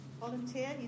Volunteer